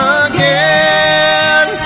again